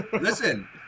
Listen